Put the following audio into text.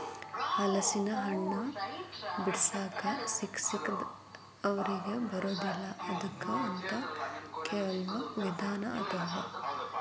ಹಲಸಿನಹಣ್ಣ ಬಿಡಿಸಾಕ ಸಿಕ್ಕಸಿಕ್ಕವರಿಗೆ ಬರುದಿಲ್ಲಾ ಅದಕ್ಕ ಅಂತ ಕೆಲ್ವ ವಿಧಾನ ಅದಾವ